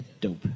dope